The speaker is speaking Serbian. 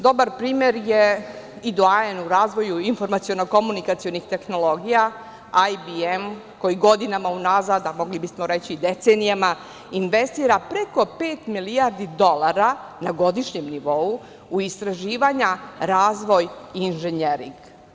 Dobar primer je i Doaen u razvoju informaciono komunikacionih tehnologija, ABM koji godinama unazad, a mogli bi smo reći i decenijama investira preko pet milijardi dolara na godišnjem nivou u istraživanja, razvoj i inženjering.